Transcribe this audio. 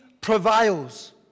prevails